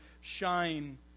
shine